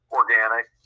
organic